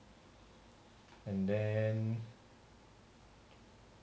and then